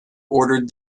ordered